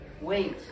Wait